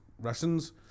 Russians